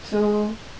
so